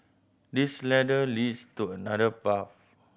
this ladder leads to another path